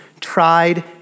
tried